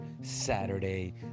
Saturday